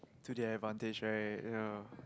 to their advantage right ya